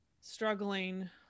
struggling